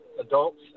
adults